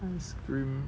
ice cream